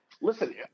Listen